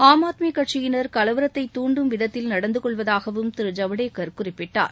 ஆம் ஆத்மி கட்சியினா் கலவரத்தை துண்டும் விதத்தில் நடந்து கொள்வதாகவும் திரு ஜவடேக்கர் குறிப்பிட்டார்